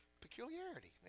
Peculiarity